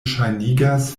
ŝajnigas